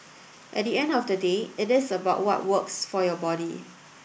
at the end of the day it is about what works for your body